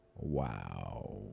Wow